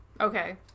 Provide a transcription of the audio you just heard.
Okay